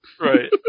Right